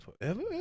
Forever